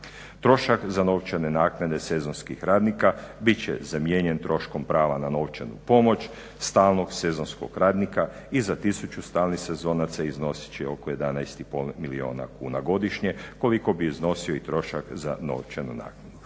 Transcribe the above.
Trošak za novčane naknade sezonskih radnika bit će zamijenjen troškom prava na novčanu pomoć stalnog sezonskog radnika i za 1000 stalnih sezonaca iznosit će oko 11,5 milijuna kuna godišnje, koliko bi iznosio i trošak za novčanu naknadu.